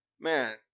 Man